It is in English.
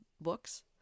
books